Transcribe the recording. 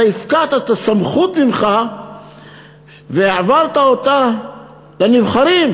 אתה הפקעת את הסמכות ממך והעברת אותה לנבחרים,